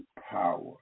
power